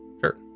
Sure